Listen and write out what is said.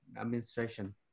administration